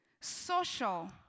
Social